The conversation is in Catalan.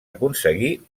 aconseguir